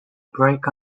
break